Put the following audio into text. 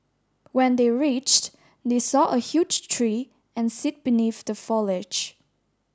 when they reached they saw a huge tree and sit beneath the foliage